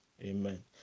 amen